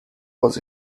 was